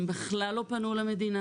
הם בכלל לא פנו למדינה